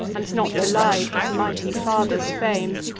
and not belied his mighty father's fame.